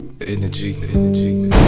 Energy